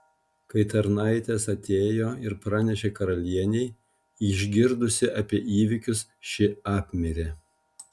kai tarnaitės atėjo ir pranešė karalienei išgirdusi apie įvykius ši apmirė